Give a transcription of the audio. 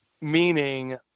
Meaning